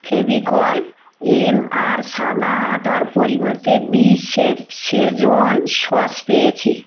Fevicol MR সাদা আঠার পরিবর্তে বিশেফ শেজওয়ান সস পেয়েছি